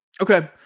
Okay